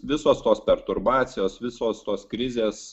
visos tos perturbacijos visos tos krizės